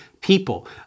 people